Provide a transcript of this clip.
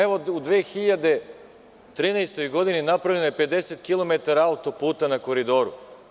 Evo, u 2013. godini napravljeno je 50 kilometara autoputa na Koridoru.